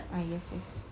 ah yes yes